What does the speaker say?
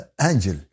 angel